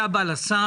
אתה בא לשר